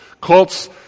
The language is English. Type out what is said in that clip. Cults